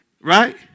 Right